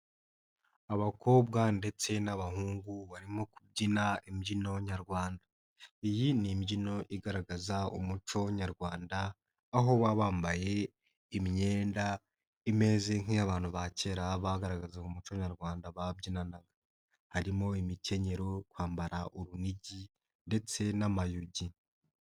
Abakobwa ndetse n'abahungu barimo kubyina imbyino Nyarwanda. Iyi ni imbyino igaragaza umuco Nyarwanda aho baba bambaye imyenda imeze nk'iy'abantu ba kera bagaragazaga umuco Nyarwanda babyinana, harimo imikenyero, kwambara urunigi, ndetse n'amayugi.